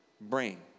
brain